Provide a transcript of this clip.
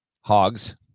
Hogs